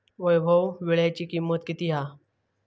वैभव वीळ्याची किंमत किती हा?